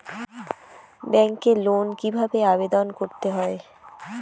ব্যাংকে লোন কিভাবে আবেদন করতে হয়?